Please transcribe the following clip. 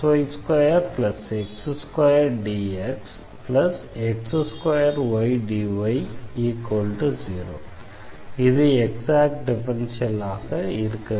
x3xy2x2dxx2ydy0 இது exact differential ஈக்வேஷனாக இருக்க வேண்டும்